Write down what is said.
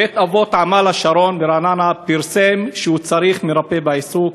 בית-אבות "עמל השרון" ברעננה פרסם שהוא צריך מרפא בעיסוק.